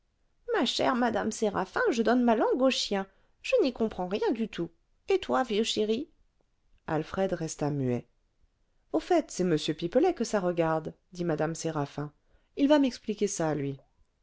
ma chère madame séraphin je donne ma langue aux chiens je n'y comprends rien du tout et toi vieux chéri alfred resta muet au fait c'est m pipelet que ça regarde dit mme séraphin il va m'expliquer ça lui